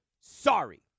sorry